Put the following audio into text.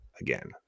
again